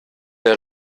der